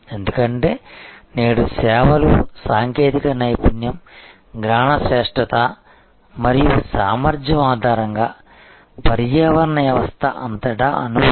ఎందుకంటే నేడు సేవలు సాంకేతిక నైపుణ్యం జ్ఞాన శ్రేష్ఠత మరియు సామర్ధ్యం ఆధారంగా పర్యావరణ వ్యవస్థ అంతటా అణువులు